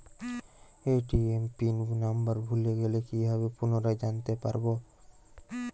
ATM pin number ভুলে গেলে কি ভাবে পুনরায় জানতে পারবো?